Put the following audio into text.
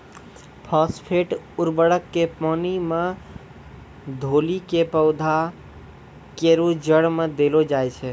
phosphate उर्वरक क पानी मे घोली कॅ पौधा केरो जड़ में देलो जाय छै